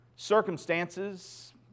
Circumstances